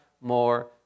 more